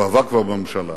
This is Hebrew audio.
הוא עבר כבר בממשלה,